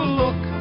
look